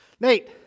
Nate